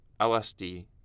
LSD